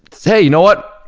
hey, you know what,